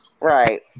Right